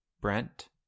Brent